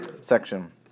section